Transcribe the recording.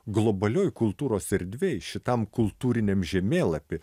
globalioj kultūros erdvėj šitam kultūriniam žemėlapy